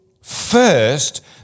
first